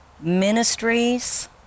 ministries